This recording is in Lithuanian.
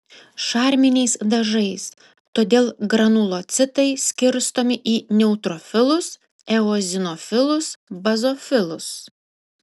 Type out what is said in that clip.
šarminiais dažais todėl granulocitai skirstomi į neutrofilus eozinofilus bazofilus